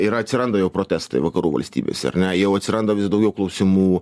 ir atsiranda jau protestai vakarų valstybėse ar ne jau atsiranda vis daugiau klausimų